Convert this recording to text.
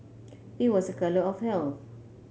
pink was a colour of health